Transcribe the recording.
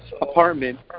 apartment